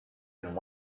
and